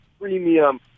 premium